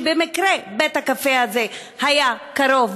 שבמקרה בית-הקפה הזה היה קרוב,